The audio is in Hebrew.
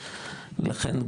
לכן,